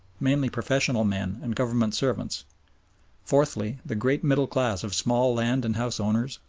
mainly professional men and government servants fourthly, the great middle class of small land and house owners,